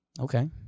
Okay